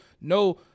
no